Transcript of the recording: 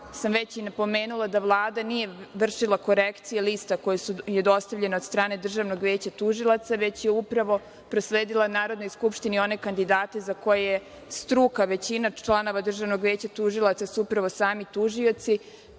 sam već i napomenula da Vlada nije vršila korekcije lista koji je dostavljen od strane Državnog veća tužilaca, već je upravo prosledila Narodnoj skupštini one kandidate za koje je struka, većina članova Državnog veća tužilaca su upravo sami tužioci.